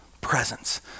presence